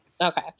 Okay